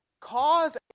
cause